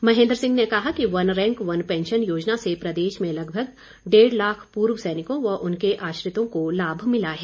महेन्द्र सिंह ने कहा कि वन रैंक वन पैंशन योजना से प्रदेश में लगभग डेढ़ लाख पूर्व सैनिकों व उनके आश्रितों को लाभ मिला है